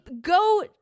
go